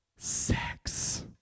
sex